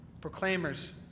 proclaimers